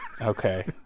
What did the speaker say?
Okay